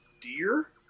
deer